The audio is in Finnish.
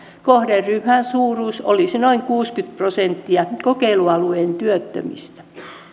kohderyhmän suuruus olisi noin kuusikymmentä prosenttia kokeilualueen työttömistä